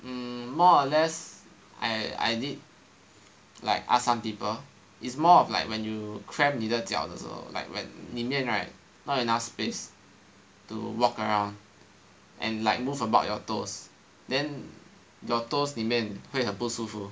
mm more or less I did like ask some people is more of like when you cramp 你的脚的时候 like when 里面 right not enough space to walk around and like move about your toes then your toes 里面会很不舒服